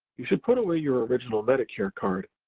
you should put away your original medicare card,